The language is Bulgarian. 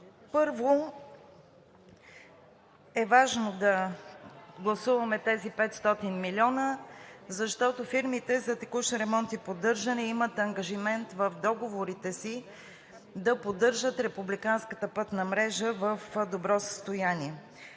Първо, важно е да гласуваме тези 500 милиона, защото фирмите за текущ ремонт и поддържане имат ангажимент в договорите си да поддържат републиканската пътна мрежа в добро състояние.